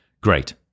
great